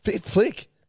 Flick